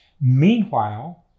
meanwhile